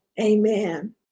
amen